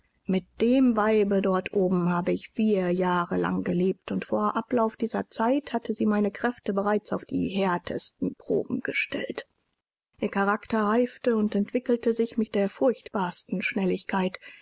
mit dem weibe dort oben habe ich vier jahre lang gelebt und vor ablauf dieser zeit hatte sie meine kräfte bereits auf die härtesten proben gestellt ihr charakter reifte und entwickelte sich mit der furchtbarsten schnelligkeit